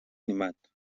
animat